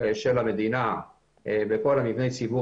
של המדינה בכל מבני הציבור